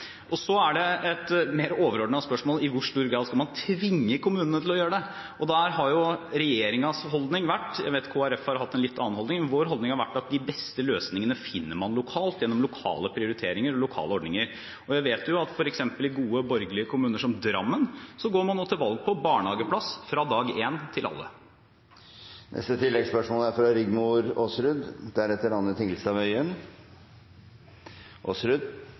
et mer overordnet spørsmål: I hvor stor grad skal man tvinge kommunene til å gjøre det? Der har regjeringens holdning vært – jeg vet at Kristelig Folkeparti har hatt en litt annen holdning – at de beste løsningene finner man lokalt, gjennom lokale prioriteringer og lokale ordninger. Vi vet at i f.eks. gode borgerlige kommuner som Drammen går man nå til valg på barnehageplass til alle fra dag én. Rigmor Aasrud – til oppfølgingsspørsmål. Det er 8 300 barn i barnehagekø, så statsråden er